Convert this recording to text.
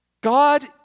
God